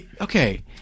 Okay